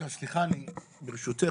ברשותך,